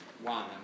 One